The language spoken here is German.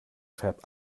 färbt